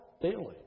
daily